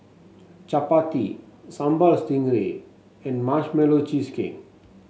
chappati Sambal Stingray and Marshmallow Cheesecake